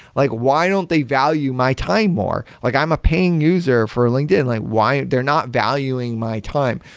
like why don't they value my time more? like i'm a paying user for a linkedin, like why they're not valuing my time?